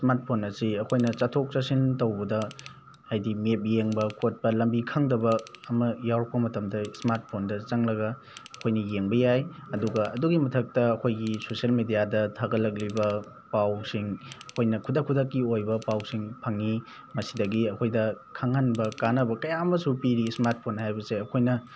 smart phone ꯑꯁꯤ ꯑꯩꯈꯣꯏꯅ ꯆꯠꯊꯣꯛ ꯆꯠꯁꯤꯟ ꯇꯧꯕꯗ ꯍꯥꯏꯗꯤ ꯃꯦꯞ ꯌꯦꯡꯕ ꯈꯣꯠꯄ ꯂꯝꯕꯤ ꯈꯪꯗꯕ ꯑꯃ ꯌꯥꯎꯔꯛꯄ ꯃꯇꯝꯗ ꯏꯁꯃꯥꯔꯠ ꯐꯣꯟꯗ ꯆꯪꯂꯒ ꯑꯩꯈꯣꯏꯅ ꯌꯦꯡꯕ ꯌꯥꯏ ꯑꯗꯨꯒ ꯑꯗꯨꯒꯤ ꯃꯊꯛꯇ ꯑꯩꯈꯣꯏꯒꯤ ꯁꯣꯁꯦꯜ ꯃꯦꯗꯤꯌꯥꯗ ꯊꯥꯒꯠꯂꯛꯂꯤꯕ ꯄꯥꯎꯁꯤꯡ ꯑꯩꯈꯣꯏꯅ ꯈꯨꯗꯛ ꯈꯨꯗꯛꯀꯤ ꯑꯣꯏꯕ ꯄꯥꯎꯁꯤꯡ ꯐꯪꯉꯤ ꯃꯁꯤꯗꯒꯤ ꯑꯩꯈꯣꯏꯗ ꯈꯪꯍꯟꯕ ꯀꯥꯅꯕ ꯀꯌꯥ ꯑꯃꯁꯨ ꯄꯤꯔꯤ ꯏꯁꯃꯥꯔꯠ ꯐꯣꯟ ꯍꯥꯏꯕꯁꯦ ꯑꯩꯈꯣꯏꯅ